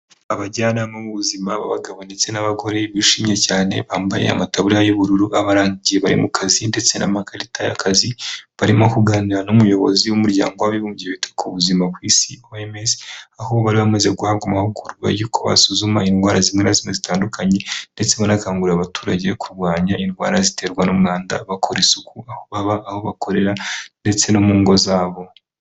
Abajyanama b'ubuzima b'abagabo ndetse n'abagore bishimye cyane, bambaye amataburiya y'ubururu abaranga igihe bari mu kazi, ndetse n'amakarita y'akazi, barimo kuganira n'umuyobozi w'umuryango w'abibumbye wita ku buzima ku isi OMS, aho bari bamaze guhabwa amahugurwa yuko basuzuma indwara zimwe na zimwe zitandukanye, ndetse banakangurira abaturage kurwanya indwara ziterwa n'umwanda, bakora isuku aho baba, aho bakorera ndetse no mu ngo zabo.